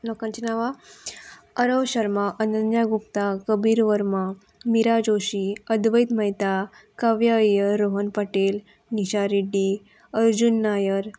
लोकांचीं नांवां अरव शर्मा अनन्या गुप्ता कबीर वर्मा मिरा जोशी अद्वैत मेहता काव्या अय्यर रोहन पटेल निशा रेड्डी अर्जून नायर